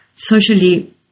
Socially